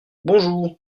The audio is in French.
bonjour